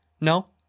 No